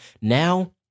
now